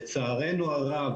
לצערנו הרב,